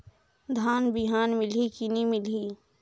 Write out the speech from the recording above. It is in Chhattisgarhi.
धान बिहान मिलही की नी मिलही?